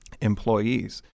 employees